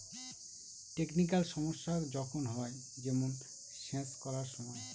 technical সমস্যা যখন হয়, যেমন সেচ করার সময়